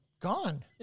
Gone